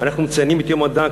אנחנו מציינים את יום המדע,